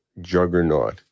juggernaut